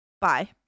Bye